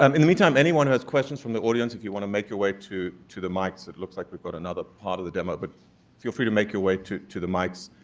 um in the meantime, anyone who has questions from the audience if you wanna make your way to to the mics it looks like we've got another part of the demo. but feel free to, to make your way to to the mics.